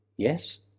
Yes